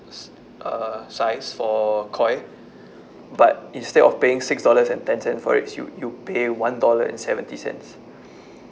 s~ uh size for Koi but instead of paying six dollars and ten cents for it you you pay one dollar and seventy cents